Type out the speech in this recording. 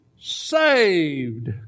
saved